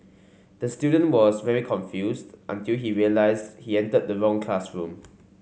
the student was very confused until he realised he entered the wrong classroom